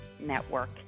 network